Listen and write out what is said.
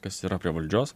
kas yra prie valdžios